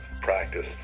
practice